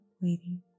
waiting